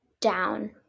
down